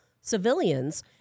civilians